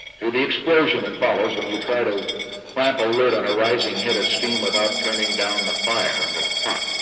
to the explosion that follows when you try to clamp a lid on a rising head of steam without turning down the fire under the pot.